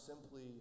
simply